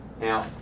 Now